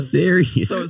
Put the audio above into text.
serious